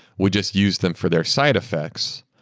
we just used them for their side effects.